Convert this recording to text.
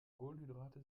kohlenhydrate